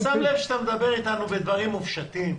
אתה שם לב שאתה מדבר איתנו בדברים מופשטים,